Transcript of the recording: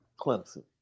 Clemson